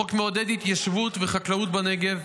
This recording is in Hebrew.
החוק מעודד התיישבות וחקלאות בנגב,